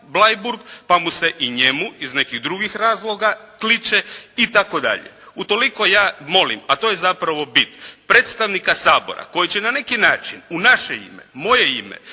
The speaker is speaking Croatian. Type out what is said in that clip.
Bleiburg, pa mu se i njemu iz nekih drugih razloga kliče itd. Utoliko ja molim, a to je zapravo bit, predstavnika Sabora, koji će na neki način u naše ime, moje ime,